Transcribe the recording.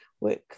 Work